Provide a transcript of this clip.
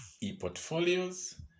e-portfolios